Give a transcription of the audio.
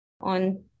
on